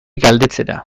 galdetzera